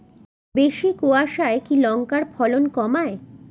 বেশি কোয়াশায় কি লঙ্কার ফলন কমায়?